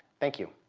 thank you.